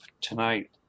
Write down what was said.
tonight